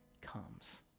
comes